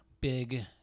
big